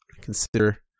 consider